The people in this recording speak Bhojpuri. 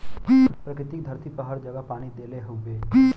प्रकृति धरती पे हर जगह पानी देले हउवे